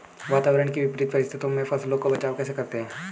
वातावरण की विपरीत परिस्थितियों में फसलों का बचाव कैसे करें?